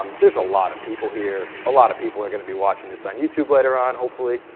um there's a lot of people here. a lot of people are going to be watching this on youtube later on, hopefully.